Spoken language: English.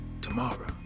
tomorrow